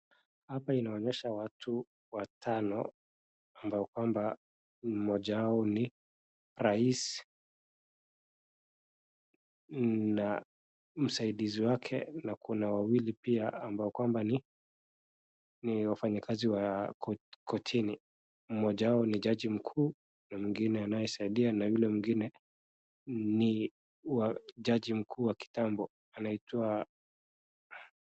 Hapa inaonyesha watu watano ambao kwamba mmoja wao ni rais na msaidizi wake na kuna wawili pia ambao kwamba ni ni wafanyikazi wa kochini. Mmoja wao ni jaji mkuu na mwingine anayesaidia na yule mwingine ni wa jaji mkuu wa kitambo anaitwa.